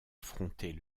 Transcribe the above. affronter